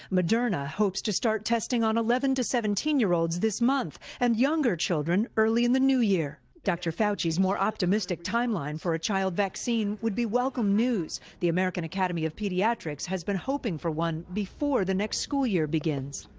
moderna hopes to start testing on eleven to seventeen year olds this month and younger children early in the new year. dr. fauci's more optimistic timeline for a child vaccine would be welcomed news. the american academy of pediatrics has been hoping for one before the next school year begins.